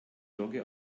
dogge